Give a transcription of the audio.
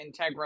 Integra